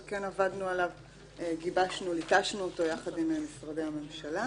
עבדנו עליו וגיבשנו וליטשנו אותו יחד עם משרדי הממשלה.